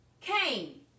Cain